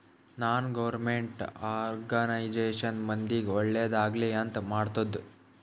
ನಾನ್ government organisation ಮಂದಿಗ್ ಒಳ್ಳೇದ್ ಆಗ್ಲಿ ಅಂತ್ ಮಾಡ್ತುದ್